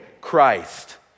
Christ